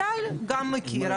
אייל גם מכיר,